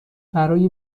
برای